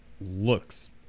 looks